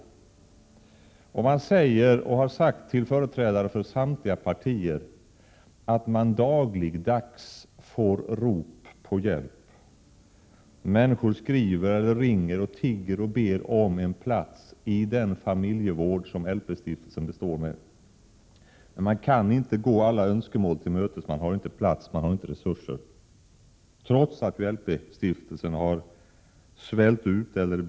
Erik Edin säger, och det har han sagt till företrädare för samtliga partier, att stiftelsen dagligdags får rop på hjälp. Människor skriver eller ringer och tigger och ber om en plats i den familjevård som LP-stiftelsen består med. Men stiftelsen kan inte gå alla önskemål till mötes, man har inte plats och resurser — trots att LP-stiftelsen har byggts ut rejält.